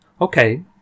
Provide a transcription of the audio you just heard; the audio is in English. Okay